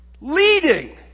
Leading